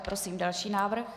Prosím další návrh.